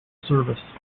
service